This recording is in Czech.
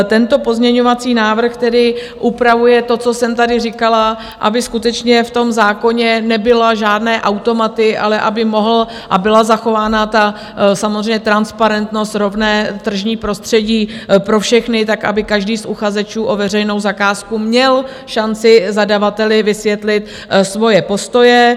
Tento pozměňovací návrh upravuje to, co jsem tady říkala, aby skutečně v tom zákoně nebyly žádné automaty a byla zachována samozřejmě transparentnost, rovné tržní prostředí pro všechny tak, aby každý z uchazečů o veřejnou zakázku měl šanci zadavateli vysvětlit svoje postoje.